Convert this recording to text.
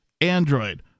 Android